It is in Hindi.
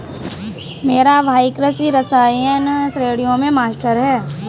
मेरा भाई कृषि रसायन श्रेणियों में मास्टर है